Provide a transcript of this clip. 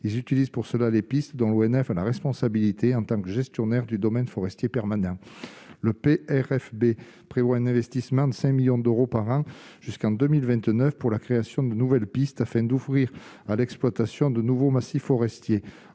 ils utilisent pour cela les pistes dans l'ONF a la responsabilité, en tant que gestionnaire du domaine forestier permanent, le Pr FB prévoit un investissement de 5 millions d'euros par an jusqu'en 2000 29 pour la création de nouvelles pistes afin d'offrir à l'exploitation de nouveaux massifs forestiers